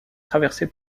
traversé